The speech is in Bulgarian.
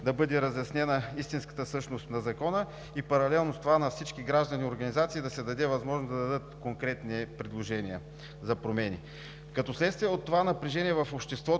да бъде разяснена истинската същност на Закона и паралелно с това на всички граждани и организации да се даде възможност да дадат конкретни предложения за промени. Като следствие от това напрежение в обществото